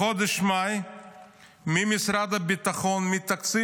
בחודש מאי משרד הביטחון מעביר